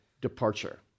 departure